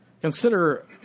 Consider